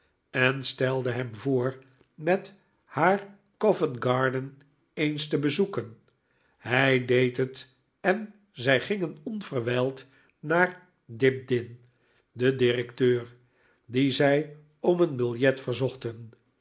en stelde hem voor met haar covent garden eens te bezoeken hij deed het en zij gingen onverwijld naar dibdin den directeur dien zij om een biljet verzochten